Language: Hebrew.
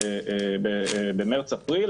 במרס-אפריל,